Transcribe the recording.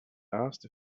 asked